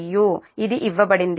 u ఇది ఇవ్వబడింది